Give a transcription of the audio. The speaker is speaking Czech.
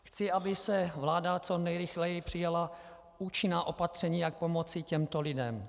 Chci, aby vláda co nejrychleji přijala účinná opatření, jak pomoci těmto lidem.